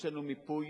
יש לנו מיפוי.